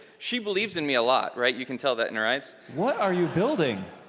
she believes in me a lot, right? you can tell that in her eyes. what are you building?